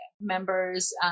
members